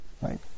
right